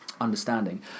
understanding